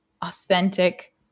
authentic